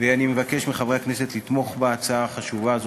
ואני מבקש מחברי הכנסת לתמוך בהצעה החשובה הזאת.